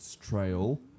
trail